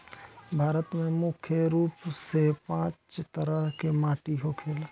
भारत में मुख्य रूप से पांच तरह के माटी होखेला